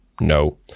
No